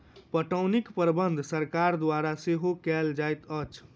पटौनीक प्रबंध सरकार द्वारा सेहो कयल जाइत अछि